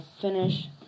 finish